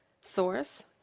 source